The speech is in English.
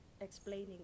explaining